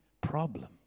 problem